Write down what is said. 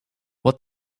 what